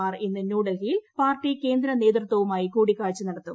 മാർ ഇന്ന് ന്യൂഡൽഹിയിൽ പാർട്ടി കേന്ദ്ര നേതൃത്വവുമായി കൂടിക്കാഴ്ച നടത്തും